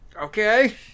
Okay